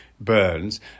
burns